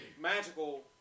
magical